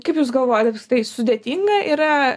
kaip jūs galvojat apskritai sudėtinga yra